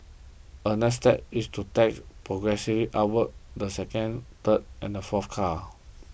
a next step is to tax progressively upwards the second third and the fourth car